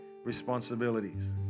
responsibilities